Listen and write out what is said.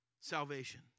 salvation